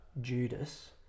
Judas